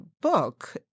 book